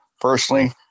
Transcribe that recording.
personally